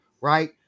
Right